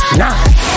Nine